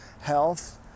health